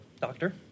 doctor